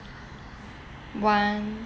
one